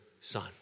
son